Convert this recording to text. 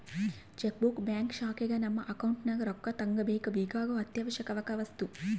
check book bank ಶಾಖೆಗ ನಮ್ಮ account ನಗ ರೊಕ್ಕ ತಗಂಬಕ ಬೇಕಾಗೊ ಅತ್ಯಾವಶ್ಯವಕ ವಸ್ತು